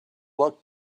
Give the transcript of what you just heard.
look